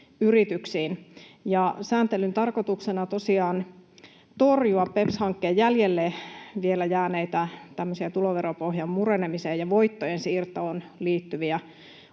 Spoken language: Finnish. Sääntelyn tarkoituksena on tosiaan torjua BEPS-hankkeen vielä jäljelle jääneitä, tuloveropohjan murenemiseen ja voittojen siirtoon liittyviä